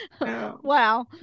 Wow